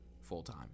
full-time